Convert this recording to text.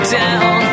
down